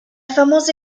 famosa